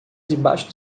debaixo